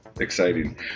exciting